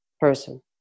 person